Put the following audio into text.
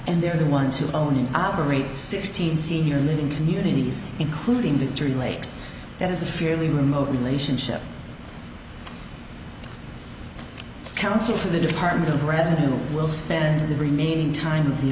and they are the ones who own and operate sixteen senior living communities including the two lakes that is a fairly remote relationship counselor to the department of revenue will spend the remaining time of the